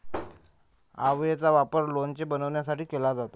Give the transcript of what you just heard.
आवळेचा वापर लोणचे बनवण्यासाठी केला जातो